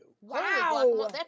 wow